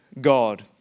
God